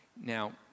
Now